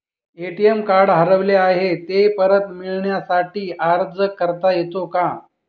ATM card हरवले आहे, ते परत मिळण्यासाठी अर्ज करता येतो का?